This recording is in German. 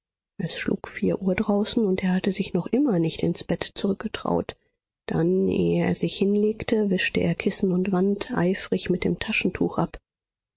es schlug vier uhr draußen und er hatte sich noch immer nicht ins bett zurückgetraut dann ehe er sich hinlegte wischte er kissen und wand eifrig mit dem taschentuch ab